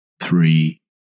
three